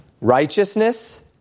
Righteousness